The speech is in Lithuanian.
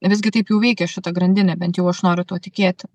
visgi taip jau veikia šita grandinė bent jau aš noriu tuo tikėti